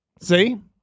See